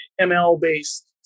ML-based